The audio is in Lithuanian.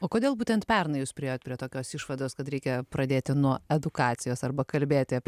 o kodėl būtent pernai jūs priėjot prie tokios išvados kad reikia pradėti nuo edukacijos arba kalbėti